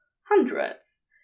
hundreds